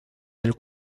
del